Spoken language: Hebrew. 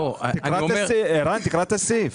תקרא את, ערן, תקרא את הסעיף.